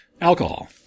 alcohol